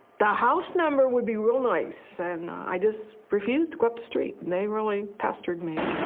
the house number would be real nice. and i just refused to go up the street. and they really pestered me.